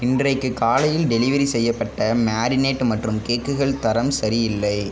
இன்றைக்கு காலையில் டெலிவெரி செய்யப்பட்ட மேரினேட் மற்றும் கேக்குகள் தரம் சரியில்லை